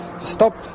Stop